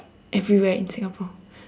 everywhere in singapore